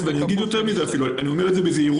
ואני יכול להגיד יותר מזה אני אומר את זה בזהירות,